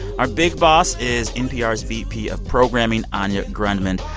our big boss is npr's vp of programming, anya grundmann.